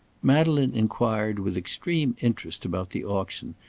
madeleine inquired with extreme interest about the auction,